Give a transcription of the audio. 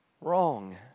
wrong